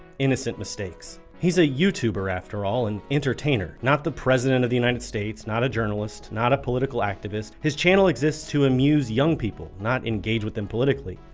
innocent mistakes. he's a youtuber after all, an entertainer, not the president of the united states, not a journalist, not a political activist. his channel exists to amuse young people, not engage with them politically.